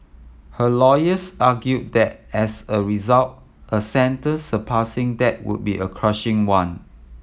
her lawyers argued that as a result a sentence surpassing that would be a crushing one